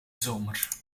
zomer